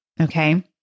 Okay